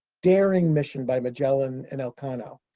daring mission by magellan and elcano.